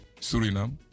Suriname